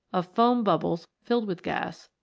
of foam bubbles filled with gas,